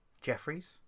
Jeffries